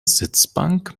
sitzbank